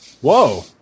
Whoa